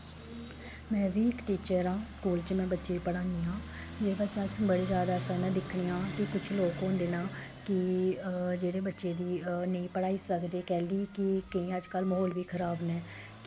में बी इक टीचर आं स्कूल च में बच्चें गी पढ़ान्नी आं जे बच्चा अस बड़े जैदा दिक्खने आं कि किश लोग होंदे न कि जेह्ड़े बच्चे गी नेईं पढ़ाई सकदे कैह्ली कि केईं अजकल्ल म्हौल बी खराब न